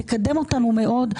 היא תקדם אותנו מאוד,